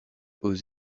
aux